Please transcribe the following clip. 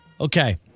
Okay